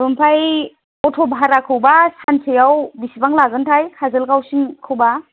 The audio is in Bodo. ओमफ्राय अट' भाराखौब्ला सानसेयाव बेसेबां लागोनथाय काजलगावसिमखौब्ला